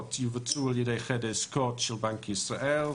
העסקאות יבוצעו על-ידי חדר עסקאות של בנק ישראל,